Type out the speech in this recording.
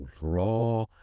raw